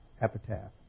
epitaph